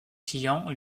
clients